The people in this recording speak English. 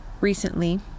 recently